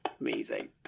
amazing